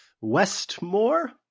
Westmore